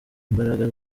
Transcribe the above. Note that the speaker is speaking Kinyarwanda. imbaraga